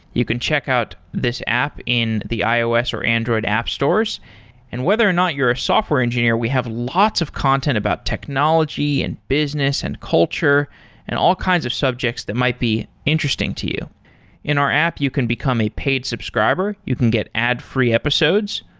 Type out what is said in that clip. you can check out this app in the ios or android app stores and whether or not you're a software engineer, we have lots of content about technology and business and culture and all kinds of subjects that might be interesting to you in our app, you can become a paid subscriber, you can get ad free episodes,